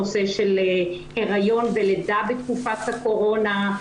נושא של הריון ולידה בתקופת הקורונה,